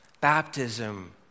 Baptism